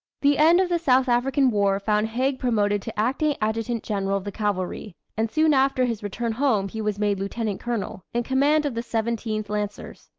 the end of the south african war found haig promoted to acting adjutant general of the cavalry, and soon after his return home he was made lieutenant colonel, in command of the seventeenth lancers.